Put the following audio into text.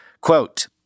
Quote